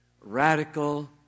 radical